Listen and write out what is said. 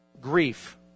grief